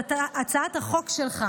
הצעת החוק שלך